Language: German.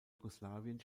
jugoslawien